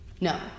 No